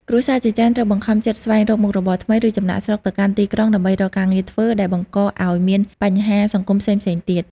គ្រួសារជាច្រើនត្រូវបង្ខំចិត្តស្វែងរកមុខរបរថ្មី ឬចំណាកស្រុកទៅកាន់ទីក្រុងដើម្បីរកការងារធ្វើ ដែលបង្កឱ្យមានបញ្ហាសង្គមផ្សេងៗទៀត។